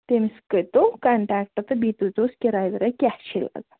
تٔمِس کٔرۍتو کَنٹیٚکٹہٕ تہٕ بیٚیہِ پرٕٛژھۍ زیٚوس کِراے وراے کیٛاہ چھےٚ اَز